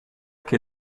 che